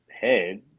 head